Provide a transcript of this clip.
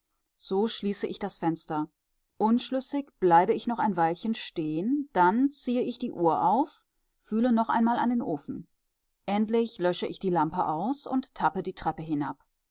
so schließe ich das fenster unschlüssig bleibe ich noch ein weilchen stehen dann ziehe ich die uhr auf fühle noch einmal an den ofen endlich lösche ich die lampe aus und tappe die treppe hinab